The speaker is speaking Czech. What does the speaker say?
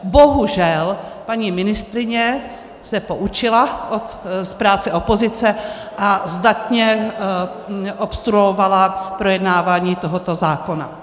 Bohužel paní ministryně se poučila z práce opozice a zdatně obstruovala projednávání tohoto zákona.